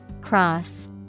Cross